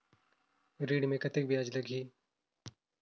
ऋण मे कतेक ब्याज लगही?